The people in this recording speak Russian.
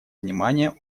внимание